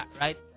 right